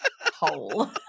hole